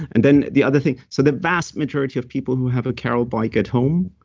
and then the other thing, so the vast majority of people who have a car o l bike at home,